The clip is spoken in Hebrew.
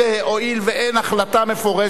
הואיל ואין החלטה מפורשת,